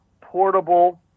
portable